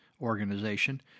organization